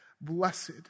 blessed